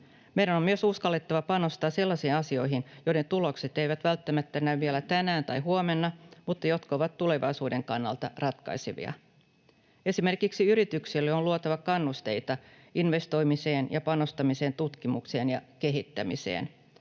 Meidän on myös uskallettava panostaa sellaisiin asioihin, joiden tulokset eivät välttämättä näy vielä tänään tai huomenna mutta jotka ovat tulevaisuuden kannalta ratkaisevia. Esimerkiksi yrityksille on luotava kannusteita investoimiseen ja panostamiseen tutkimukseen ja kehittämiseen.